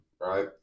right